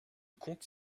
conte